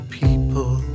people